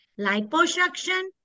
liposuction